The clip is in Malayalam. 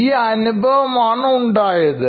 ഈ അനുഭവം ആണ് ഉണ്ടായത്